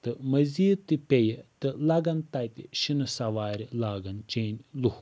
تہٕ مزیٖد تہِ پیٚیہِ تہٕ لَگَن تتہِ شِنہٕ سَوارِ لاگَن چیٚنۍ لوٗکھ